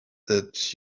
that